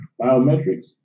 Biometrics